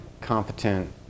competent